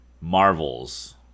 Marvel's